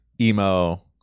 emo